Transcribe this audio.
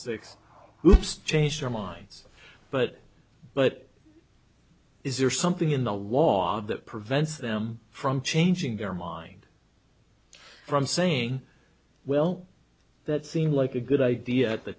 hoops change their minds but but is there something in the law that prevents them from changing their mind from saying well that seemed like a good idea at the